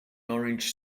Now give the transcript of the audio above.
orange